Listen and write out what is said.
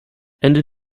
ende